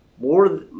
more